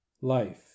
LIFE